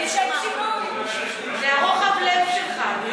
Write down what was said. זה רוחב הלב שלך.